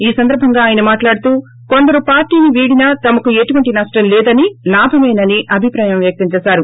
ఈ సందర్భంగా ఆయన మాట్లాడుతూ కొందరు పార్లీని వీడిన తమకు ఎటువంటి నష్టం లేదని లాభమేనని అభిప్రాయం వ్యక్తం చేశారు